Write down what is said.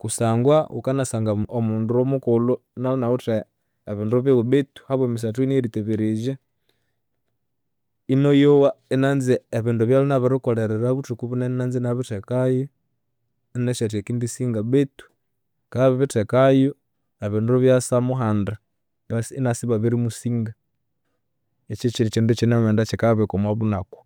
kusangwa ghukanasanga omundu mukulhu inabya inawithe ebindu biwe betu ahabwa emisathu yino eyeriteberezya inanza, inayowa inanza ebindu ebyalhwe inabirikolerera buthuku bunene inanza inabithekayu, inanasi athi akendisinga betu akabya abiribithekayu, ebindu ibyasa muhanda, inasa ibabirimusinga. Ekyo kyekyindu ekyinamughenda kyikababika omwabunakwa.